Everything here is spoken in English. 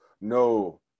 No